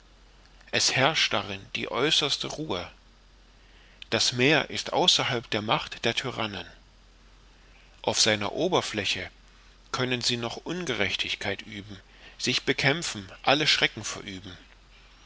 es herrscht darin die äußerste ruhe das meer ist außerhalb der macht der tyrannen auf seiner oberfläche können sie noch ungerechtigkeit üben sich bekämpfen alle schrecken verüben